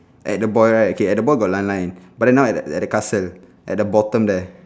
at the boy right okay at the boy got line line but now at at the castle at the bottom there